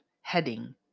heading